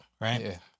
Right